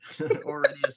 already